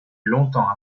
longtemps